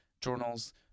journals